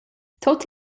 tut